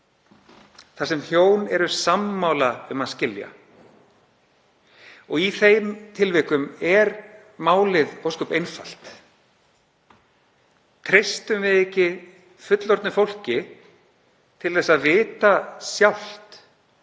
þar sem hjón eru sammála um að skilja og í þeim tilvikum er málið ósköp einfalt: Treystum við ekki fullorðnu fólki til að vita sjálft